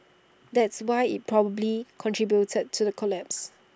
that's why IT probably contributed to the collapse